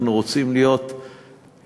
אנחנו רוצים להיות שותפים,